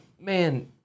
man